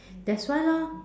that's why lor